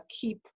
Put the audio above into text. keep